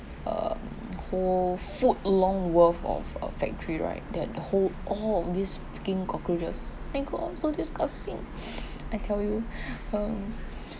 um whole foot long worth of uh factory right that the whole all of these freaking cockroaches my god so disgusting I tell you um